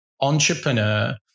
entrepreneur